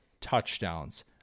touchdowns